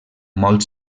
molt